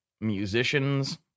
musicians